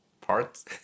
parts